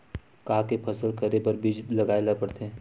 का के फसल करे बर बीज लगाए ला पड़थे?